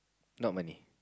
not money